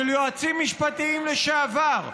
של יועצים משפטיים לשעבר,